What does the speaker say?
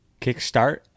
Kickstart